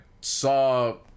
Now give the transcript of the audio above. saw